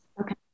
okay